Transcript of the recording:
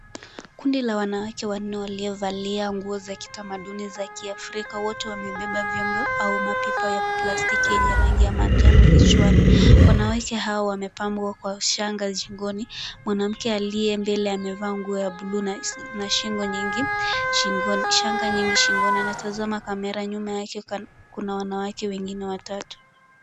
Kundi la wanawake wanne waliovalia nguo za kitamaduni za kiafrika , wote wamebeba vyombo au mapipa ya plastiki yenye rangi ya manjano vichwani. Wanakwake hawa wamepambwa kwa shanga shingoni. Mwanamke aliye mbele amevaa nguo ya buluu na shanga nyingi shingoni. Anatazama kamera , nyuma yake Kuna wanawake wengine watatu .